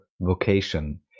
vocation